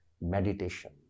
meditation